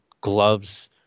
gloves